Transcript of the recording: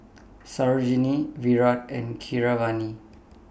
Sarojini Virat and Keeravani